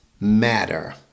matter